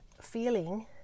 feeling